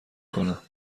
کنم